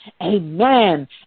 Amen